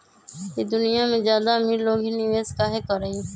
ई दुनिया में ज्यादा अमीर लोग ही निवेस काहे करई?